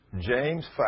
James